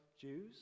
Jews